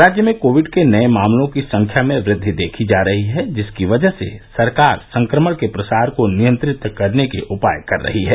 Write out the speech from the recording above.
राज्य में कोविड के नए मामलों की संख्या में वृद्वि देखी जा रही है जिसकी वजह से सरकार संक्रमण के प्रसार को नियंत्रित करने के लिए उपाय कर रही है